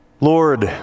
Lord